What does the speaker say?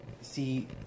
see